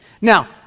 Now